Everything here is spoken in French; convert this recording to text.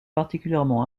probablement